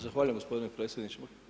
Zahvaljujem gospodine predsjedniče.